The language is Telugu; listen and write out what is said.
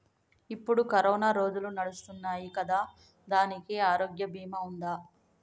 ఇప్పుడు కరోనా రోజులు నడుస్తున్నాయి కదా, దానికి ఆరోగ్య బీమా ఉందా?